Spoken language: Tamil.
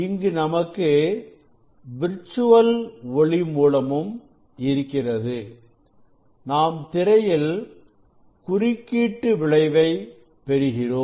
இங்கு நமக்கு விர்ச்சுவல் ஒளி மூலமும் இருக்கிறது நாம் திரையில் குறுக்கீட்டு விளைவை பெறுகிறோம்